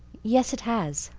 yes, it has,